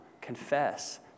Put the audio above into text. confess